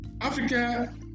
Africa